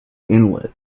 inlet